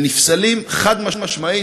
והם נפסלים חד-משמעית,